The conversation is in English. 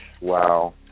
Wow